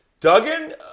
Duggan